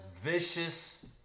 vicious